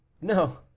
No